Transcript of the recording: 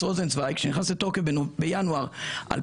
רוזנצוויג שנכנס לתוקף בינואר 2022,